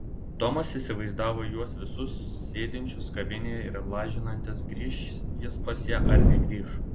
tomas įsivaizdavo juos visus sėdinčius kavinėje ir lažinantis grįš jis pas ją ar negrįš